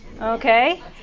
Okay